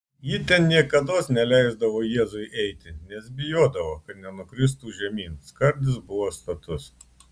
ji ten niekados neleisdavo jėzui eiti nes bijodavo kad nenukristų žemyn skardis buvo status